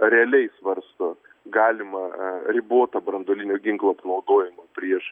realiai svarsto galimą ribotą branduolinio ginklo panaudojimo prieš